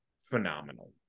phenomenal